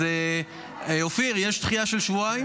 אז אופיר, יש דחייה של שבועיים?